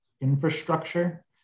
infrastructure